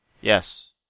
Yes